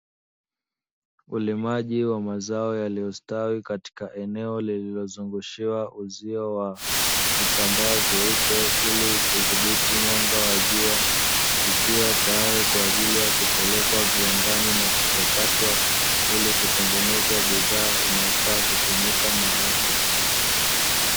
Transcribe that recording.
Ulimaji wa mazao yaliyostawi, katika eneo lililozungushiwa vitambaa vyeupe ili kudhibiti mwanga wa jua, ikiwa tayari kwa ajili ya kupelekwa viwandani na kuchakatwa ili kutengeneza bidhaa inayofaa kutumika na watu.